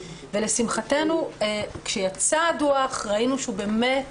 לשמחתנו כשיצא הדוח ראינו שהוא באמת